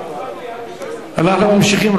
אנחנו ממשיכים,